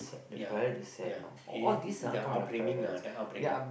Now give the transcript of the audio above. ya ya and their upbringing ah their upbringing